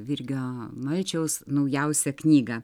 virgio malčiaus naujausią knygą